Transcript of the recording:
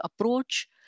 approach